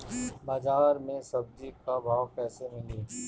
बाजार मे सब्जी क भाव कैसे मिली?